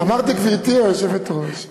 אמרתי: גברתי היושבת-ראש.